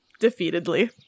defeatedly